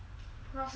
frosted